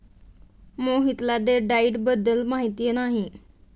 मोहितला date diet बद्दल माहिती नाही